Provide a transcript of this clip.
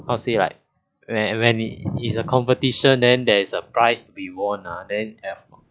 how to say like when when it's a competition then there is a prize to be won ah then ah